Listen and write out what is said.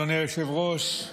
אדוני היושב-ראש,